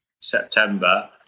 September